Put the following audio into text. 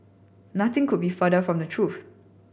nothing could be further from the truth